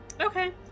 Okay